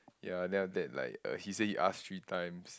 ya then after that like uh he say he ask three times